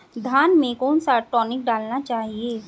धान में कौन सा टॉनिक डालना चाहिए?